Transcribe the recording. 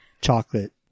chocolate